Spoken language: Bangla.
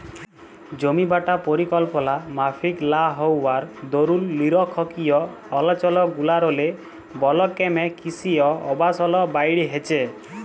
জমিবাঁটা পরিকল্পলা মাফিক লা হউয়ার দরুল লিরখ্খিয় অলচলগুলারলে বল ক্যমে কিসি অ আবাসল বাইড়হেছে